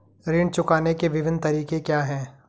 ऋण चुकाने के विभिन्न तरीके क्या हैं?